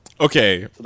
Okay